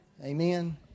Amen